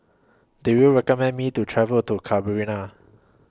Do YOU recommend Me to travel to